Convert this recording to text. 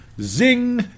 zing